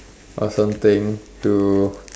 or something to